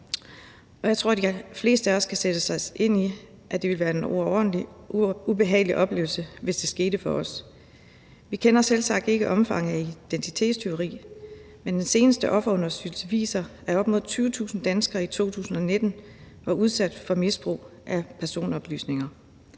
Jeg tror, de fleste af os kan sætte sig ind i, at det ville være en overordentlig ubehagelig oplevelse, hvis det skete for en af os. Vi kender selvsagt ikke omfanget af identitetstyveri, men den seneste offerundersøgelse viser, at op mod 20.000 danskere i 2019 var udsat for misbrug af personoplysninger.